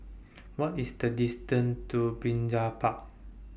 What IS The distance to Brizay Park